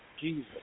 Jesus